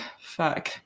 fuck